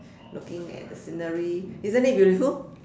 looking at the scenery isn't it beautiful